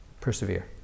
persevere